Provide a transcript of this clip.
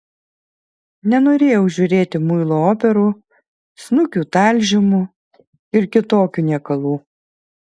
nenorėjau žiūrėti muilo operų snukių talžymų ir kitokių niekalų